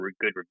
good